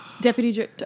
Deputy